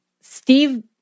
Steve